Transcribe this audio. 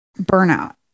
burnout